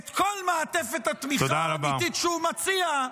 את כל המעטפת התמיכה האמיתית שהוא מציע,